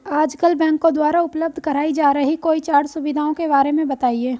आजकल बैंकों द्वारा उपलब्ध कराई जा रही कोई चार सुविधाओं के बारे में बताइए?